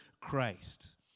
Christ